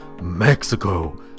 Mexico